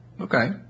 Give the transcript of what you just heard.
Okay